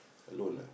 alone ah